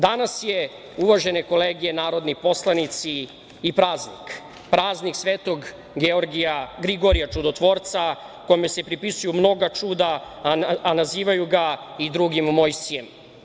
Danas je, uvažene kolege narodni poslanici, i praznik, praznik Svetog Grigorija Čudotvorca, kome se pripisuju mnoga čuda, a nazivaju ga i drugim Mojsijem.